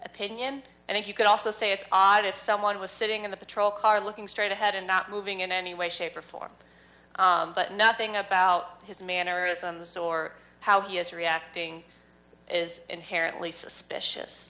opinion i think you could also say it's odd if someone was sitting in the patrol car looking straight ahead and not moving in any way shape or form but nothing about his mannerisms or how he is reacting is inherently suspicious